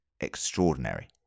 extraordinary